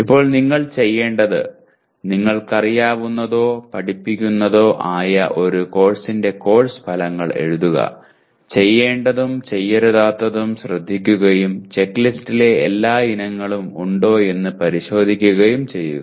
ഇപ്പോൾ നിങ്ങൾ ചെയ്യേണ്ടത് നിങ്ങൾക്കറിയാവുന്നതോ പഠിപ്പിക്കുന്നതോ ആയ ഒരു കോഴ്സിന്റെ കോഴ്സ് ഫലങ്ങൾ എഴുതുക ചെയ്യേണ്ടതും ചെയ്യരുതാത്തതും ശ്രദ്ധിക്കുകയും ചെക്ക്ലിസ്റ്റിലെ എല്ലാ ഇനങ്ങളും ഉണ്ടോയെന്ന് പരിശോധിക്കുകയും ചെയ്യുക